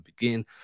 begin